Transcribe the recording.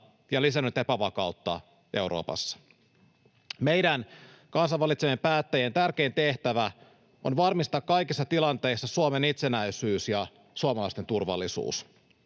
ja lisännyt epävakautta Euroopassa. Meidän, kansan valitsemien päättäjien tärkein tehtävä on varmistaa kaikissa tilanteissa Suomen itsenäisyys ja suomalaisten turvallisuus.